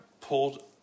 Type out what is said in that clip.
pulled